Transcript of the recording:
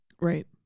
right